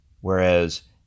Whereas